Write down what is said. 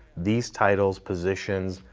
these titles positions,